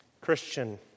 Christian